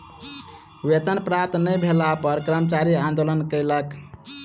वेतन प्राप्त नै भेला पर कर्मचारी आंदोलन कयलक